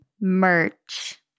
merch